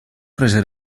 prese